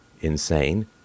insane